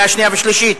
קריאה שנייה ושלישית.